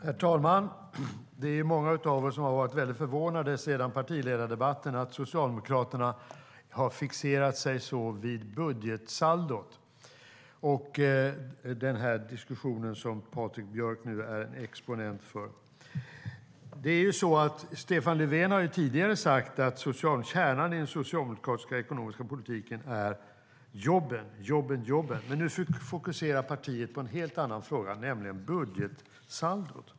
Herr talman! Det är många av oss som sedan partiledardebatten har varit väldigt förvånade över att Socialdemokraterna har fixerat sig så vid budgetsaldot och den diskussion Patrik Björck nu är exponent för. Stefan Löfven har tidigare sagt att kärnan i den socialdemokratiska ekonomiska politiken är jobben, jobben och jobben. Men nu fokuserar partiet på en helt annan fråga, nämligen budgetsaldot.